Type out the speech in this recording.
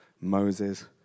Moses